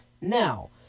Now